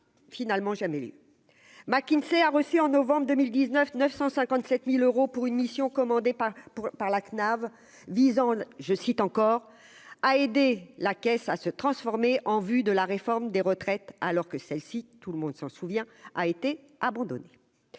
finalement jamais lieu McKinsey a reçu en novembre 2019 9000 157000 euros pour une mission commandée par pour par la CNAV visant, je cite encore à aider la caisse à se transformer en vue de la réforme des retraites, alors que celle-ci, tout le monde s'en souvient, a été abandonné,